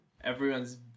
everyone's